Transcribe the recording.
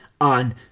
on